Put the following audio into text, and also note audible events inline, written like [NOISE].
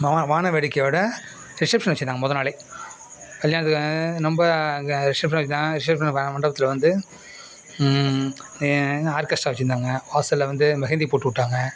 வான வான வேடிக்கையோட ரிசப்ஷன் வெச்சுருந்தாங்க முத நாளே கல்யாணத்துக்கு [UNINTELLIGIBLE] ரொம்ப அங்கே ரிசப்ஷன் வெச்சுருந்தாங்க ரிசப்ஷன் ம மண்டபத்தில் வந்து இது ஆர்கெஸ்ட்டா வெச்சுருந்தாங்க வாசலில் வந்து மெஹந்தி போட்டு விட்டாங்க